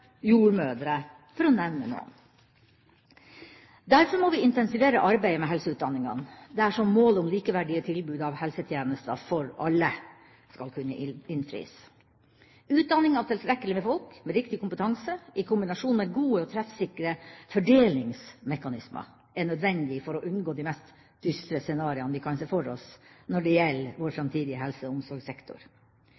jordmødre, for å nevne noen. Derfor må vi intensivere arbeidet med helseutdanningene, dersom målet om likeverdige tilbud av helsetjenester for alle skal kunne innfris. Utdanning av tilstrekkelig med folk, med riktig kompetanse, i kombinasjon med gode, treffsikre fordelingsmekanismer er nødvendig for å unngå de mest dystre scenarioer vi kan se for oss når det gjelder vår